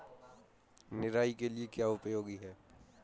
निराई के लिए क्या उपयोगी है?